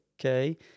okay